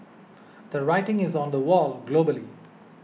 the writing is on the wall globally